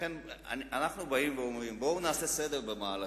לכן אנחנו באים ואומרים: בואו נעשה סדר במהלכים,